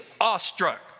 awestruck